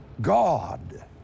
God